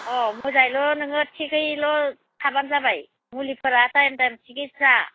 अह मोजाङैल' नोङो थिगैल' थाबानो जाबाय मुलिफोरा टाइम टाइम थिगै जा